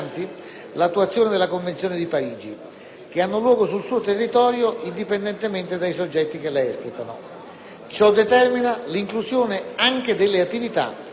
ciò determina l'inclusione anche delle attività nelle basi militari concesse a Paesi alleati nel territorio nazionale.